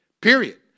Period